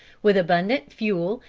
with abundant fuel,